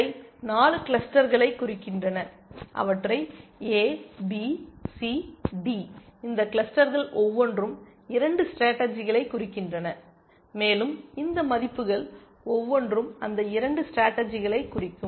இவை 4 கிளஸ்டர்களை குறிக்கின்றன அவற்றை எ பி சி டி இந்த கிளஸ்டர்கள் ஒவ்வொன்றும் 2 ஸ்டேடர்ஜிகளை குறிக்கின்றன மேலும் இந்த மதிப்புகள் ஒவ்வொன்றும் அந்த 2 ஸ்டேடர்ஜிகளை குறிக்கும்